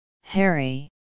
Harry